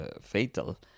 fatal